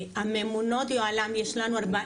הממונות יוהל”ם יש לנו 40,